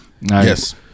yes